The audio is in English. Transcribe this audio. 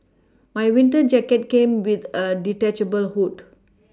my winter jacket came with a detachable hood